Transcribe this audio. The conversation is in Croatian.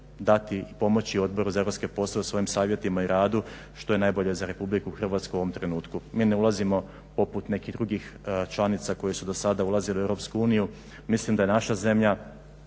dati i pomoći Odboru za europske poslove u svojim savjetima i radu što je najbolje za RH u ovom trenutku. Mi ne ulazimo poput nekih drugih članica koje su dosada ulazile u EU, mislim da je naša zemlja